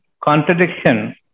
contradiction